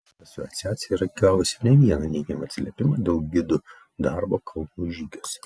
asociacija yra gavusi ne vieną neigiamą atsiliepimą dėl gidų darbo kalnų žygiuose